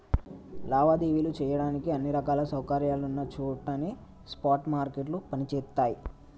లావాదేవీలు చెయ్యడానికి అన్ని రకాల సౌకర్యాలున్న చోటనే స్పాట్ మార్కెట్లు పనిచేత్తయ్యి